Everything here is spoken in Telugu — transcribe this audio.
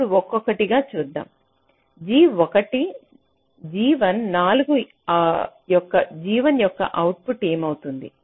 ఇప్పుడు ఒక్కొక్కటిగా చూద్దాం G1 యొక్క అవుట్పుట్ ఏమౌతుంది